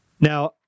Now